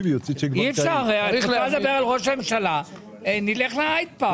את רוצה לדבר על ראש הממשלה נלך להייד-פארק